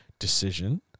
decision